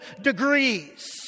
degrees